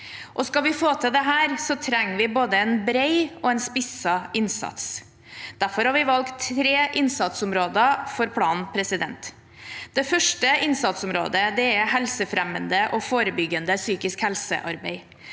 Skal vi få til dette, trenger vi en både bred og spisset innsats. Derfor har vi valgt tre innsatsområder for planen. Det første innsatsområdet er helsefremmende og forebyggende psykisk helsearbeid.